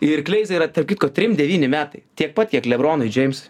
ir kleizai yra tarp kitko trim devyni metai tiek pat kiek lebronui džeimsui